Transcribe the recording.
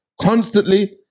constantly